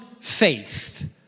faith